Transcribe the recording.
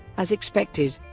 as expected,